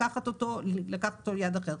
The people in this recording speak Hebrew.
ולקחת אותו ליעד אחר.